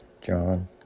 John